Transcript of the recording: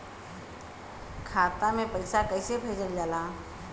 खाता में पैसा कैसे भेजल जाला?